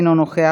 אינו נוכח,